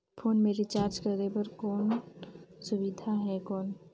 Phone मे recharge करे बर और कोनो सुविधा है कौन?